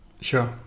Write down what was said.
Sure